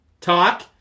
talk